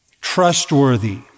trustworthy